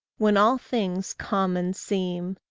when all things common seem,